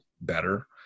better